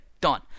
Done